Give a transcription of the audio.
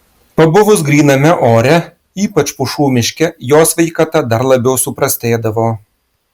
pabuvus gryname ore ypač pušų miške jo sveikata dar labiau suprastėdavo